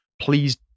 Please